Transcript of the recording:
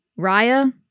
Raya